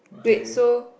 wait so